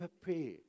prepare